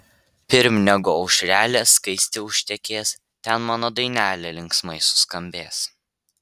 pirm negu aušrelė skaisti užtekės ten mano dainelė linksmai suskambės